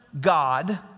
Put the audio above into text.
God